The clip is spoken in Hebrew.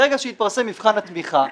ברגע שיתפרסם מבחן התמיכה,